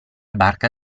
barca